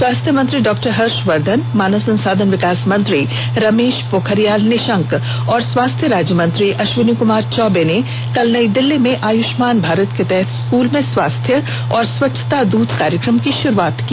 स्वास्थ्य मंत्री डॉक्टर हर्षवर्धन मानव संसाधन विकास मंत्री रमेश पोखरियाल निशंक और स्वास्थ्य राज्यमंत्री अश्विनी कुमार चौबे ने कल नई दिल्ली में आयुष्मान भारत के तहत स्कूल में स्वास्थ्य और स्वच्छता दूत कार्यक्रम की शुरूआत की